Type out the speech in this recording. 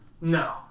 No